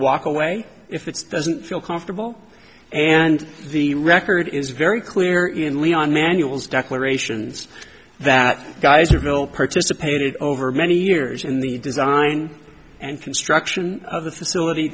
walk away if it doesn't feel comfortable and the record is very clear in leon manuals declarations that geyserville participated over many years in the design and construction of the facility